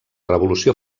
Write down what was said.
revolució